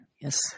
Yes